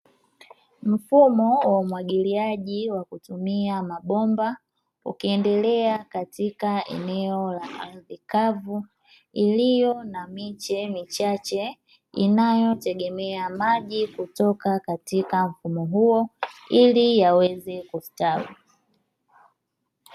Mfumo wa umwagiliaji wa kutumia mabomba ukiendelea katika eneo la ardhi kavu iliyo na miche michache, inayotegemea maji kutoka katika mfumo huo ili yaweze kustawi.